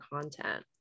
content